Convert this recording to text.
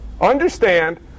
Understand